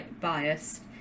biased